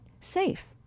safe